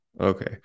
okay